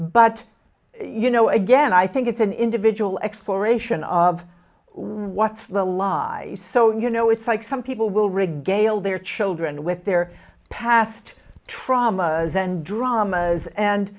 but you know again i think it's an individual exploration of what's the lie so you know it's like some people will regale their children with their past traumas and dramas and